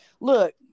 Look